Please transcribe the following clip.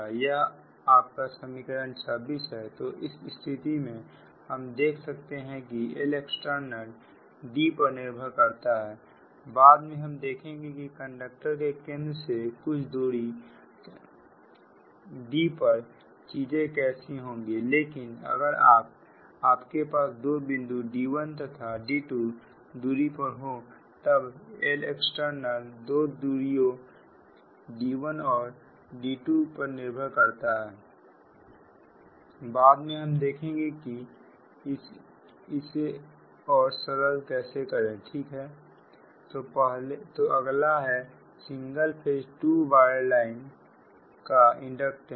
यह आपका समीकरण 26 है तो इस स्थिति में हम देख सकते हैं किLext D पर निर्भर करता है बाद में हम देखेंगे कि कंडक्टर के केंद्र से कुछ दूरी D पर चीजें कैसी होंगी लेकिन अगर आपके पास 2 बिंदु D1 तथा D2 दूरी पर हो तब Lext दोनों दूरीयो D1 और D2 पर निर्भर करती है बाद में हम देखेंगे कि इसे और सरल कैसे करें ठीक है तो अगला है single phase two wire line का इंडक्टेंस